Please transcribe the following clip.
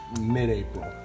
Mid-April